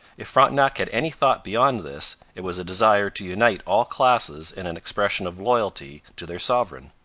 if frontenac had any thought beyond this, it was a desire to unite all classes in an expression of loyalty to their sovereign.